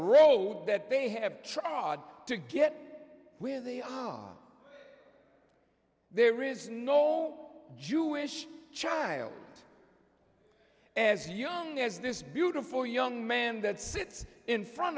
road that they have trod to get with our there is no jewish child as young as this beautiful young man that sits in front